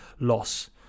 loss